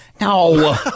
No